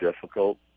difficult